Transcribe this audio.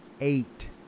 eight